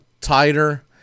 tighter